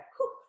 cool